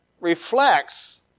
reflects